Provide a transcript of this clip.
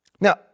Now